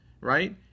Right